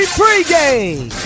pregame